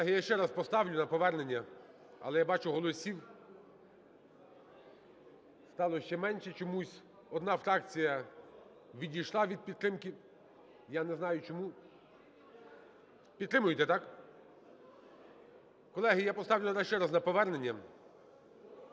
Колеги, я ще раз поставлю на повернення. Але, я бачу, голосів стало ще менше чомусь. Одна фракція відійшла від підтримки, я не знаю чому. Підтримуєте, так? Колеги, я поставлю зараз ще раз на повернення.